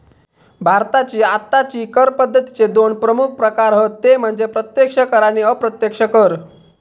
भारताची आत्ताची कर पद्दतीचे दोन प्रमुख प्रकार हत ते म्हणजे प्रत्यक्ष कर आणि अप्रत्यक्ष कर